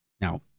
Now